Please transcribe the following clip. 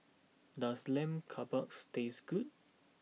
does Lamb Kebabs taste good